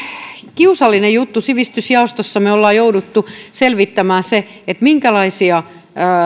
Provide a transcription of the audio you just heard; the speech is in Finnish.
kiusallinen juttu sivistysjaostossa me olemme joutuneet selvittämään minkälaisia